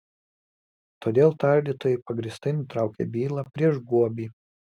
todėl tardytojai pagrįstai nutraukė bylą prieš guobį